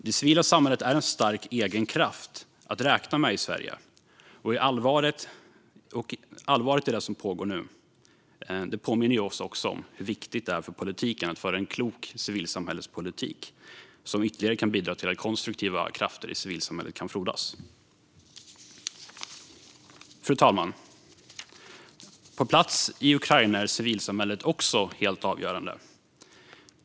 Det civila samhället är en stark egen kraft att räkna med i Sverige, och allvaret i det som pågår nu påminner oss om hur viktigt det är att föra en klok civilsamhällespolitik som ytterligare kan bidra till att konstruktiva krafter i civilsamhället kan frodas. Fru talman! På plats i Ukraina är civilsamhället också helt avgörande.